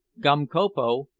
gum copal,